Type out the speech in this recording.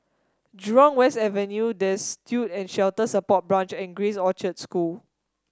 Jurong West Avenue Destitute and Shelter Support Branch and Grace Orchard School